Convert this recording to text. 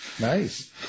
Nice